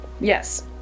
yes